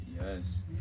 Yes